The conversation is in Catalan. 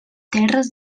terres